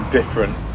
different